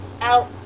out